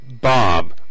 Bob